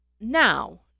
Now